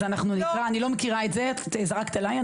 אני לא מכירה את זה, את זרקת עליי.